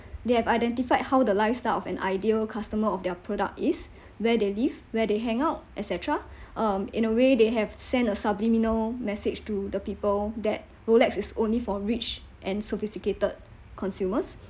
they have identified how the lifestyle of an ideal customer of their product is where they live where they hang out et cetera um in a way they have sent a subliminal message to the people that Rolex is only for rich and sophisticated consumers